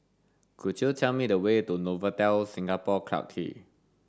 could you tell me the way to Novotel Singapore Clarke Quay